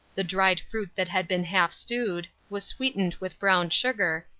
the dried fruit that had been half stewed, was sweetened with brown sugar,